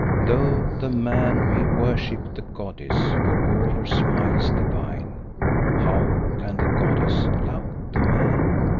though the man may worship the goddess, for all her smiles divine how can the goddess love the man?